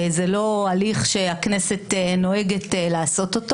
זה לא הליך שהכנסת נוהגת לעשות,